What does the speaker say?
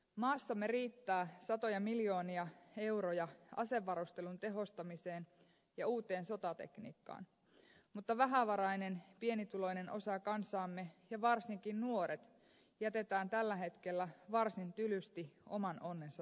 maassamme riittää satoja miljoonia euroja asevarustelun tehostamiseen ja uuteen sotatekniikkaan mutta vähävarainen pienituloinen osa kansaamme ja varsinkin nuoret jätetään tällä hetkellä varsin tylysti oman onnensa nojaan